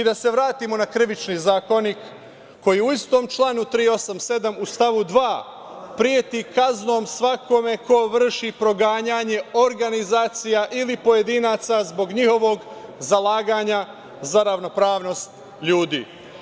Da se vratimo na Krivični zakonik, koji u istom članu 387. u stavu 2. preti kaznom svakome ko vrši proganjanje organizacija ili pojedinaca zbog njihovog zalaganja za ravnopravnost ljudi.